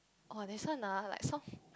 orh this one ah like some